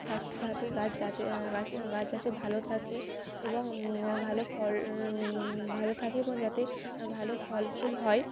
স্বাস্থ্য থাকে গাছ যাতে গাছ গাছ যাতে ভালো থাকে এবং ভালো ফল ভালো থাকে এবং যাতে ভালো ফল ফুল হয়